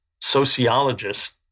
sociologist